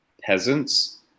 peasants